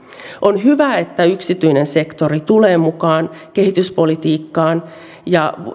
on hyvä että yksityinen sektori tulee mukaan kehityspolitiikkaan ja